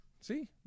See